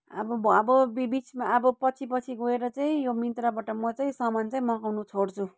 अब अब बि बिचमा अब पछि पछि गएर चाहिँ यो मिन्त्राबाट म चाहिँ सामान चाहिँ मगाउन छोड्छु